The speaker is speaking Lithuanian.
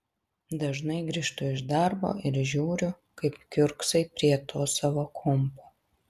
dažnai grįžtu iš darbo ir žiūriu kaip kiurksai prie to savo kompo